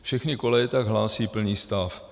Všechny koleje tak hlásí plný stav.